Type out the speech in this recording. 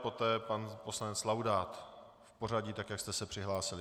Poté pan poslanec Laudát v pořadí, tak jak jste se přihlásili.